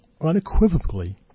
unequivocally